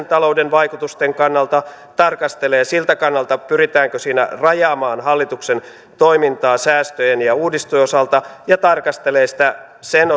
talouden vaikutusten kannalta tarkastelee siltä kannalta pyritäänkö siinä rajaamaan hallituksen toimintaa säästöjen ja uudistusten osalta ja tarkastelee sitä sen